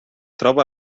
troba